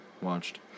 watched